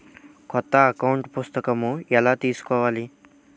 కొత్త అకౌంట్ పుస్తకము ఎలా తీసుకోవాలి?